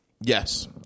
Yes